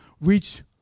reach